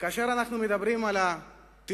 כאשר אנחנו מדברים על הטרור,